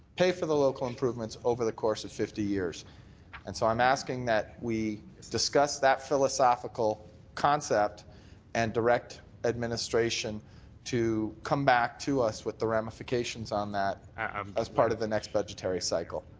pay for local improvements over the course of fifty years and so i'm asking that we discuss that philosophical concept and direct administration to come back to us with the ramifications on that um as part of the next budgetary cycle.